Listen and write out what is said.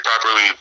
properly